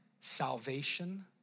salvation